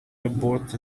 abort